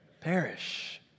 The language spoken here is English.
perish